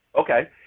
okay